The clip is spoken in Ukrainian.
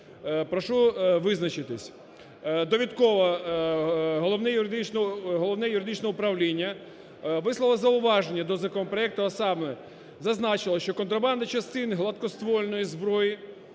Прошу визначитись. Довідково. Головне юридичне управління висловило зауваження до законопроекту, а саме зазначило, що контрабанда частин гладкоствольної зброї,